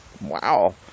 Wow